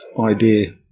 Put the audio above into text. idea